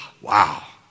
Wow